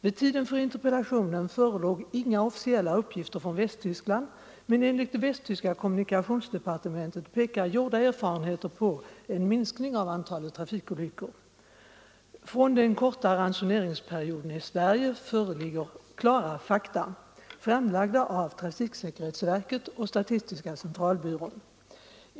Vid tiden för interpellationens framställande förelåg inga officiella uppgifter från Västtyskland, men enligt det västtyska kommunikationsdepartementet pekar gjorda erfarenheter på en minskning av antalet trafikolyckor. Från den korta ransoneringsperioden i Sverige föreligger klara fakta, framlagda av trafiksäkerhetsverket och statistiska centralbyrån.